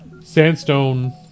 sandstone